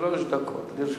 שלוש דקות לרשותך.